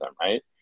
Right